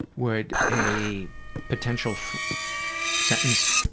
would a potential sentence